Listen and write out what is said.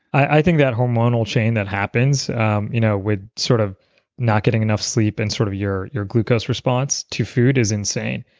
i think that hormonal chain that happens um you know with sort of not getting enough sleep and sort of your your glucose response to food is insane.